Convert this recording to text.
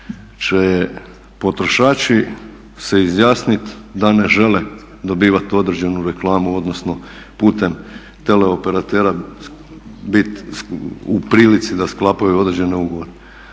će potrošači se izjasniti da ne žele dobivati određenu reklamu, odnosno putem teleoperatera biti u prilici da sklapaju određene ugovore.